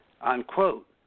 unquote